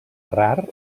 rar